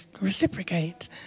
reciprocate